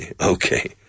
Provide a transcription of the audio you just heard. Okay